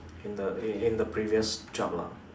in the in the previous job lah